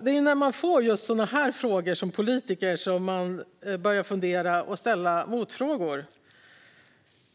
Det är när man får sådana här frågor som man som politiker börjar fundera och ställa motfrågor: